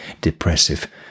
depressive